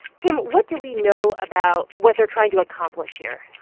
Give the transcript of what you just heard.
tim, what do we know about what they're trying to accomplish here?